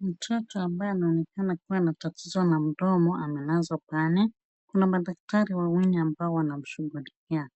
Mtoto ambaye anayeonekana kuwa na matatizo ya meno amelazwa pale. Kuna madaktari wawili ambao wanamshughulikia.